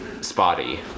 spotty